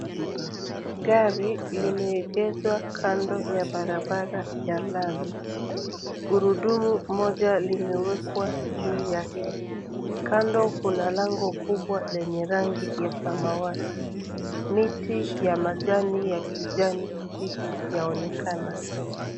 Gari limeegeshwa kando ya barabara ya lami. Gurudumu moja limewekwa juu yake. Kando kuna lango kubwa lenye rangi ya samawati. Miti ya majani ya kijani kibichi yaonekana.